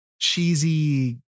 cheesy